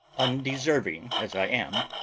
undeserving as i am,